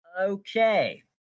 Okay